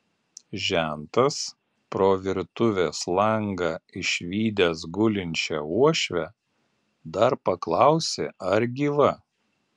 žentas pro virtuvės langą išvydęs gulinčią uošvę dar paklausė ar gyva